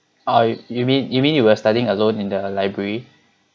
oh you mean you mean you were studying alone in the library